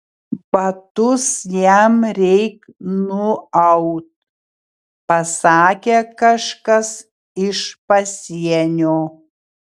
batus jam reik nuaut pasakė kažkas iš pasienio